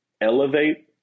elevate